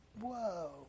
Whoa